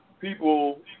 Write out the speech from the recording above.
People